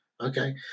okay